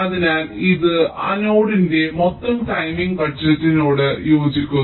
അതിനാൽ ഇത് ആ നോഡിന്റെ മൊത്തം ടൈമിംഗ് ബജറ്റിനോട് യോജിക്കുന്നു